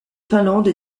finlande